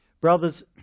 Brothers